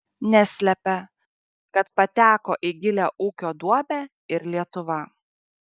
neslepia kad pateko į gilią ūkio duobę ir lietuva